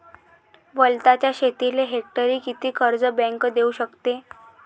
वलताच्या शेतीले हेक्टरी किती कर्ज बँक देऊ शकते?